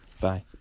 Bye